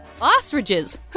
ostriches